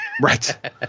right